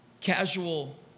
Casual